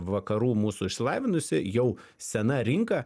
vakarų mūsų išsilavinusi jau sena rinka